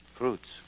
Fruits